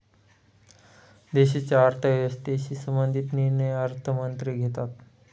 देशाच्या अर्थव्यवस्थेशी संबंधित निर्णय अर्थमंत्री घेतात